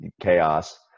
chaos